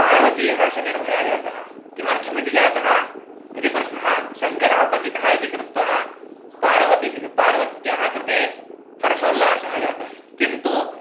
पार्वतीहर्षनिर्भरा जातः किमर्थमिति जातः इति प्रश्नः सङ्करः पतितः इति कृत्वा पार्वती पार्वत्याः कृते हर्षोल्लासः जातः किन्तु